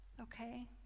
okay